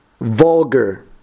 vulgar